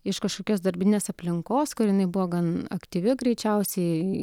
iš kažkokios darbinės aplinkos kur jinai buvo gan aktyvi greičiausiai